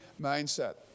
mindset